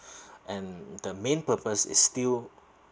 and the main purpose is still